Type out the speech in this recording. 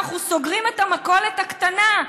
אנחנו סוגרים את המכולת הקטנה,